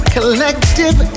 Collective